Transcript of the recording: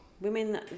women